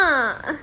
ah